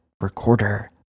recorder